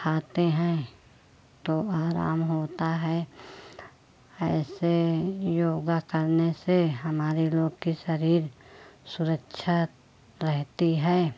खाते हैं तो आराम होता है ऐसे योग करने से हमारे लोग का शरीर सुरक्षित रहता है